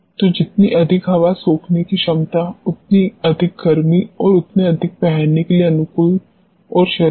तो जीतनी अधिक हवा सोखने की क्षमता उतनी अधिक गर्मी और उतनी अधिक पहनने के लिए अनुकूल और शरीर